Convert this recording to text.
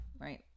right